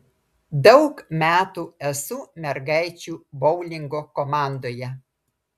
daug metų esu mergaičių boulingo komandoje